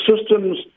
systems